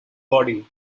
body